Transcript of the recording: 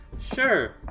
Sure